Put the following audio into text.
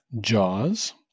Jaws